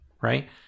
right